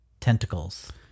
tentacles